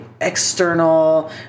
external